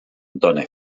done